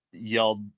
yelled